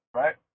right